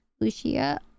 Lucia